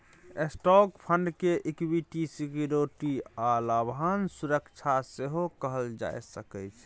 stock fund के equity security आ लाभांश सुरक्षा सेहो कहल जा सकइ छै